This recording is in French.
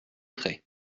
frais